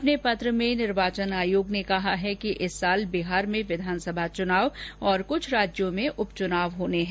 अपने पत्र में निर्वाचन आयोग ने कहा है कि इस साल बिहार में विधानसभा चुनाव और कुछ राज्यों में उप चुनाव होने हैं